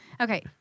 Okay